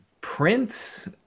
Prince